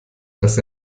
dass